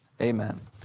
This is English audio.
amen